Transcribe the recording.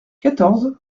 quatorze